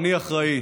אני אחראי.